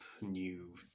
new